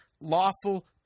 lawful